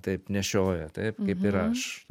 taip nešioja taip kaip ir aš